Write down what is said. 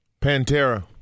Pantera